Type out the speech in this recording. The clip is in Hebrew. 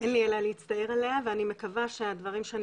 אין לי אלא להצטער עליה ואני מקווה שהדברים שאני